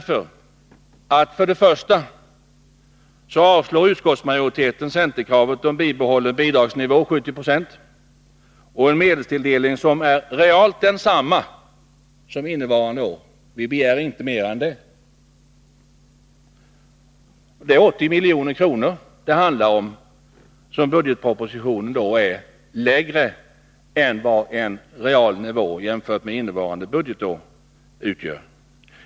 För det första avstyrker utskottsmajoriteten centerkravet om en bibehållen bidragsnivå, 70 20, och en medelstilldelning som är realt densamma som innevarande år — vi begär inte mer än det — och som är 80 milj.kr. högre än regeringens förslag.